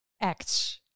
acts